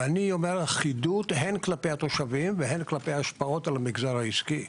ואני אומר אחידות הן כלפי התושבים והן כלפי ההשפעות על המגזר העסקי.